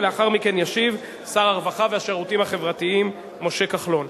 ולאחר מכן ישיב שר הרווחה והשירותים החברתיים משה כחלון.